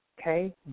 okay